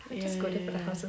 ya ya ya